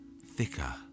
thicker